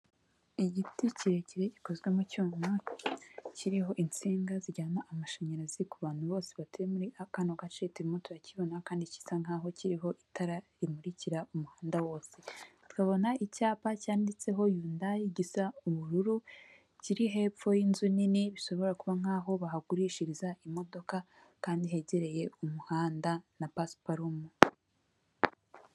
Igiti kirekire gikozwemo mu cyuma kiriho insinga zijyana amashanyarazi kubantu bose batuye muri akano gace turimo turakibona kandi gisa nk'aho kiriho itara rimurikira umuhanda wose tukabona icyapa cyanditseho yundayi gisa ubururu, kiri hepfo yi'inzu nini bishobora kuba nk'aho bahagurishiriza imodoka kandi hegereye umuhanda na pasiparume.